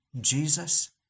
Jesus